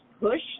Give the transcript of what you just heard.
push